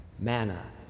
manna